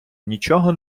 нічого